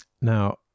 Now